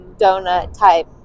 donut-type